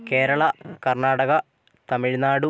Keralam Karnataka Tamil Nadu